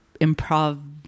improv